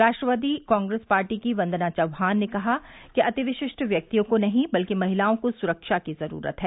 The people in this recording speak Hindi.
राष्ट्रवादी कांग्रेस पार्टी की बंदना चव्हाण ने कहा कि अंति विशिष्ट व्यक्तियों को नहीं बल्कि महिलाओं को सुरक्षा की जरूरत है